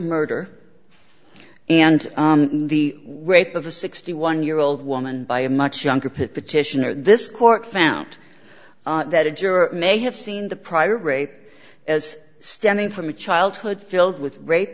murder and the rape of a sixty one year old woman by a much younger petitioner this court found that a jury may have seen the prior rape as stemming from a childhood filled with rape